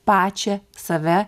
pačią save